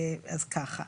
אז ככה: